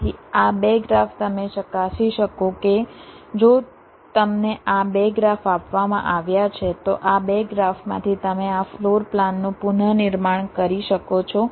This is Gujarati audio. તેથી આ બે ગ્રાફ તમે ચકાસી શકો છો કે જો તમને આ બે ગ્રાફ આપવામાં આવ્યા છે તો આ બે ગ્રાફમાંથી તમે આ ફ્લોર પ્લાનનું પુનઃનિર્માણ કરી શકો છો